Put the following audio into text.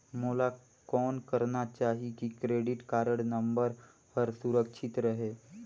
मोला कौन करना चाही की क्रेडिट कारड नम्बर हर सुरक्षित रहे?